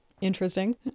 interesting